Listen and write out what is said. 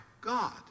God